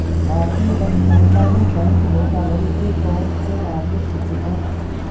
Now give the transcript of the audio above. भारतीय दंड संहिता में बैंक धोखाधड़ी के कौन से मामले सूचित हैं?